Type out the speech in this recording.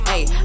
Ayy